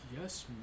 Yes